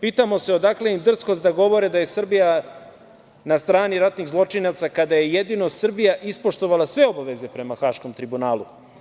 Pitamo se odakle im drskost da govore da je Srbija na strani ratnih zločinaca kada je jedino Srbija ispoštovala sve obaveze prema Haškom tribunalu.